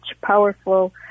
powerful